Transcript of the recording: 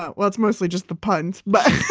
but well, it's mostly just the puns, but